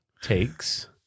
takes